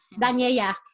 Daniela